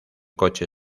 coche